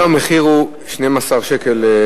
היום המחיר הוא 12 שקל